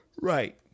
right